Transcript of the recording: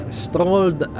strolled